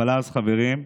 אבל אז, חברים,